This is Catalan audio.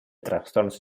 trastorns